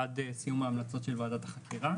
בין ועדת החקירה לזה.